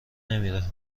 نمیره